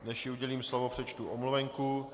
Než jí udělím slovo, přečtu omluvenku.